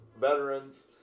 veterans